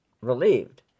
relieved